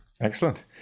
Excellent